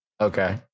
Okay